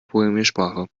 programmiersprache